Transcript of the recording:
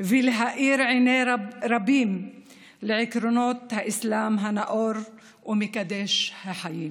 ולהאיר עיני רבים לעקרונות האסלאם הנאור ומקדש החיים,